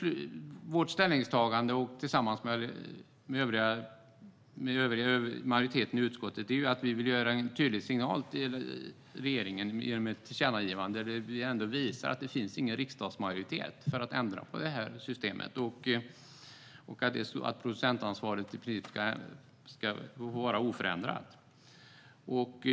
Vårt ställningstagande i majoriteten i utskottet är att vi vill ge en tydlig signal till regeringen genom ett tillkännagivande. Vi vill visa att det inte finns någon riksdagsmajoritet för att ändra på systemet - att producentansvaret ska vara oförändrat.